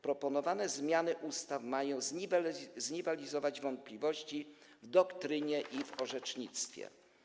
Proponowane zmiany ustaw mają zniwelować wątpliwości w doktrynie i w orzecznictwie.